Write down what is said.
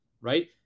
right